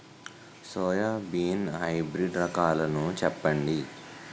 Soybean hybrid రకాలను చెప్పండి?